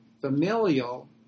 familial